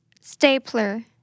Stapler